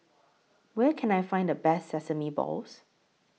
Where Can I Find The Best Sesame Balls